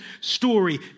story